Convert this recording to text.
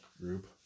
group